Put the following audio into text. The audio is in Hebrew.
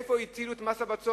על מי הטילו את מס הבצורת?